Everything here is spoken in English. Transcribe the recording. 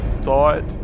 thought